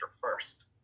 first